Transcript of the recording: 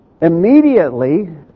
Immediately